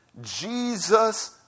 jesus